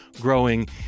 growing